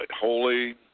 holy